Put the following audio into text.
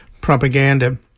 propaganda